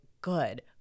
good